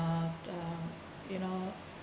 uh you know